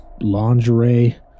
lingerie